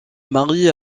marie